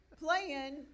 playing